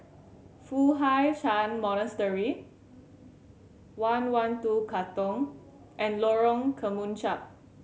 Foo Hai Ch'an Monastery One One Two Katong and Lorong Kemunchup